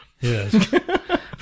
Yes